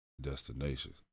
destination